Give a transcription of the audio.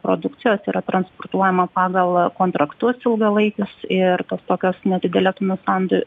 produkcijos yra transportuojama pagal kontraktus ilgalaikius ir tos tokios neatidėliotinos sandi